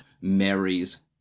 marries